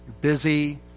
busy